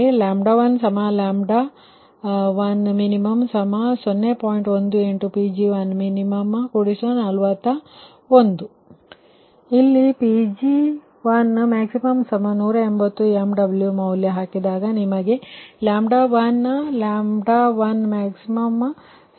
18 Pg1max41 ಹಾಗಾಗಿ ಇಲ್ಲಿ Pg1max180 MW ಮೌಲ್ಯ ಹಾಕಿದಾಗ ನಿಮಗೆ 1 1max73